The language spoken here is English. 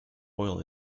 oil